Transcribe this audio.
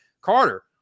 Carter